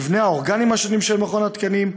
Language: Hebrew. מבנה האורגנים השונים של מכון התקנים,